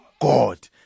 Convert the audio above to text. God